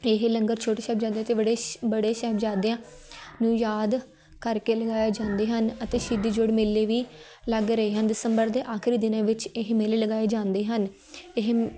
ਇਹ ਲੰਗਰ ਛੋਟੇ ਸਾਹਿਬਜ਼ਾਦਿਆਂ ਅਤੇ ਬੜੇ ਸ ਬੜੇ ਸਾਹਿਬਜ਼ਾਦਿਆਂ ਨੂੰ ਯਾਦ ਕਰਕੇ ਲਗਾਇਆ ਜਾਂਦੇ ਹਨ ਅਤੇ ਸ਼ਹੀਦੀ ਜੋੜ ਮੇਲੇ ਵੀ ਲੱਗ ਰਹੇ ਹਨ ਦਸੰਬਰ ਦੇ ਆਖਰੀ ਦਿਨ ਵਿੱਚ ਇਹ ਮੇਲੇ ਲਗਾਏ ਜਾਂਦੇ ਹਨ ਇਹ